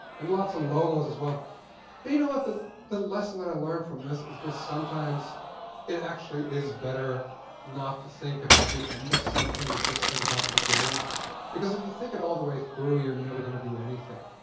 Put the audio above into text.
and lots of logos as well. and you know what? the the lesson that i learned from this is just, sometimes it actually is better not to think about the end of something and just think about the beginning because if you think it all the way through you're never going to do anything.